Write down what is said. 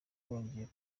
wongeye